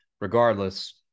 regardless